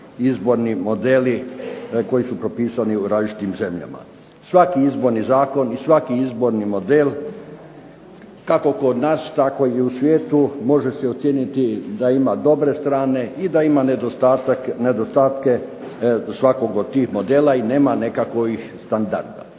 izborni modeli koji su propisani u različitim zemljama. Svaki izborni zakon i svaki izborni model kako kod nas, tako i u svijetu, može se ocijeniti da ima dobre strane i da ima nedostatke svakog od tih modela i nema nekakovih standarda.